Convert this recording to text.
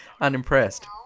Unimpressed